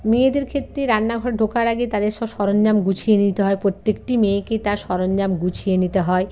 মেয়েদের ক্ষেত্রে রান্নাঘর ঢোকার আগে তাদের সব সরঞ্জাম গুছিয়ে নিতে হয় প্রত্যেকটি মেয়েকে তার সরঞ্জাম গুছিয়ে নিতে হয়